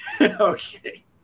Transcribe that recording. okay